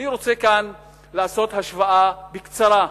אני רוצה כאן לעשות השוואה בקצרה,